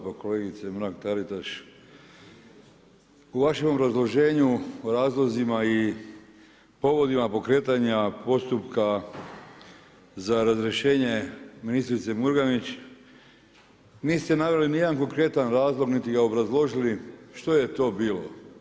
Pa kolegice Mrak-Taritaš, u vašem obrazloženju o razlozima i povodima pokretanja postupka za razrješenje ministrice Murganić niste naveli niti jedan konkretan razlog niti ga obrazložili što je to bilo.